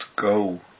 go